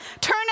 turn